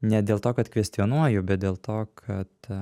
ne dėl to kad kvestionuoju bet dėl to kad